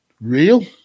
real